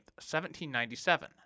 1797